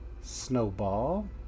snowball